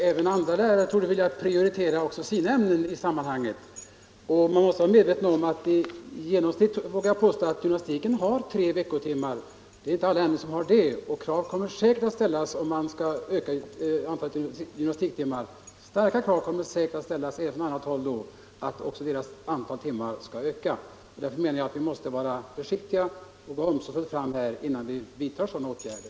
Herr talman! Jag vill bara påtala att även andra lärare torde vilja prioritera sina ämnen. Gymnastiken har tre veckotimmar. Det är inte alla ämnen som har det. Om man ökar antalet gymnastiktimmar kommer säkert starka krav att ställas från företrädare för andra ämnen att också deras timantal skall ökas. Därför menar jag att vi måste vara försiktiga med att vidta sådana åtgärder.